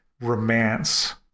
romance